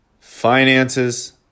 finances